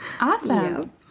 Awesome